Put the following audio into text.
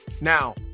now